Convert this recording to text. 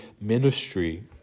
ministry